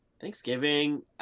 Thanksgiving